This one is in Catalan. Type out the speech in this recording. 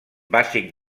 bàsic